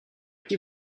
qui